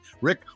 Rick